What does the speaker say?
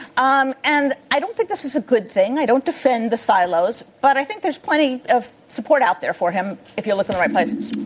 um and i don't think this is a good thing. i don't defend the silos, but i think there's plenty of support out there for him if you look in the right places.